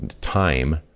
time